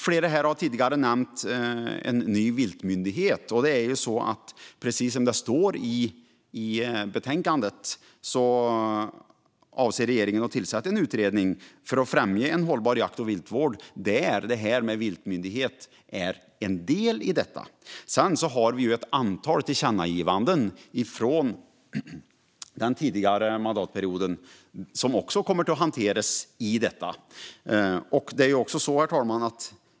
Flera har här tidigare nämnt en ny viltmyndighet. Precis som det står i betänkandet avser regeringen att tillsätta en utredning för att främja en hållbar jakt och viltvård. En viltmyndighet är en del i detta. Sedan har vi ett antal tillkännagivanden från den tidigare mandatperioden som också kommer att hanteras i detta. Herr talman!